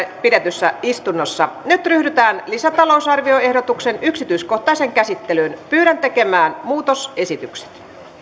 pidetyssä istunnossa nyt ryhdytään lisätalousarvioehdotuksen yksityiskohtaiseen käsittelyyn pyydän tekemään muutosehdotukset